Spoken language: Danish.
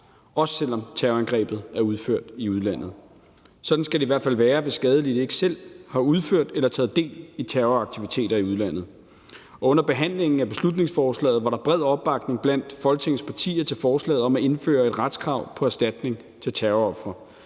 også selv om terrorangrebet er udført i udlandet. Sådan skal det i hvert fald være, hvis skadelidte ikke selv har udført eller taget del i terroraktiviteter i udlandet. Under behandlingen af beslutningsforslaget var der bred opbakning blandt Folketingets partier til forslaget om at indføre et retskrav på erstatning til terrorofre.